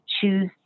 choose